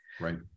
Right